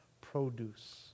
produce